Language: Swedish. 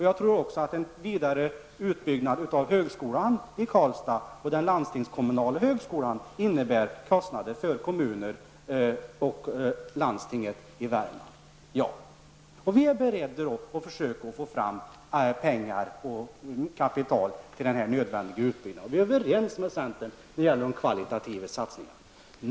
Jag tror också att en vidare utbyggnad av högskolan i Karlstad och av den landstingskommunala högskolan innebär kostnader för kommuner och landsting i Värmland. Vi är då beredda att försöka få fram kapital till den nödvändiga utbyggnaden, och vi är överens med centern när det gäller de kvalitativa satsningarna.